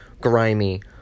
Grimy